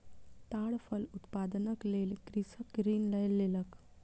ताड़ फल उत्पादनक लेल कृषक ऋण लय लेलक